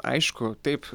aišku taip